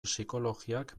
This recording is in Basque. psikologiak